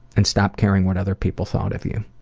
and stopped caring what other people thought of you.